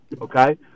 okay